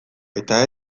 eta